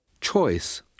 Choice